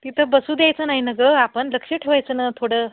तिथं बसू द्यायचं नाही ना गं आपण लक्ष ठेवायचं ना थोडं